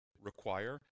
require